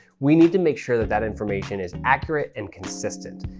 we need to make sure that that information is accurate and consistent.